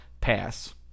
Pass